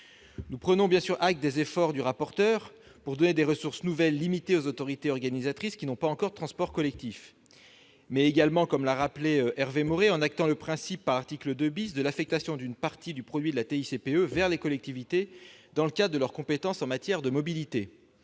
Nous prenons bien sûr acte des efforts du rapporteur pour donner des ressources nouvelles limitées aux autorités organisatrices qui n'ont pas encore de transports collectifs. Nous prenons également acte, comme l'a rappelé Hervé Maurey, du principe, énoncé à l'article 2, de l'affectation d'une partie du produit de la TICPE aux collectivités dans le cadre de leur compétence en matière de mobilité.